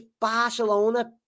Barcelona